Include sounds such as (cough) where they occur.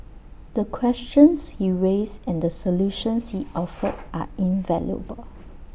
the questions he raised and the solutions he (noise) offered are invaluable